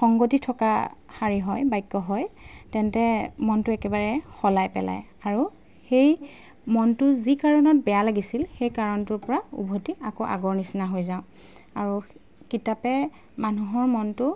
সংগতি থকা শাৰী হয় বাক্য হয় তেন্তে মনটো একেবাৰে সলাই পেলায় আৰু সেই মনটো যি কাৰণত বেয়া লাগিছিল সেই কাৰণটোৰ পৰা উভতি আকৌ আগৰ নিচিনা হৈ যাওঁ আৰু কিতাপে মানুহৰ মনটো